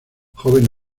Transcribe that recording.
joven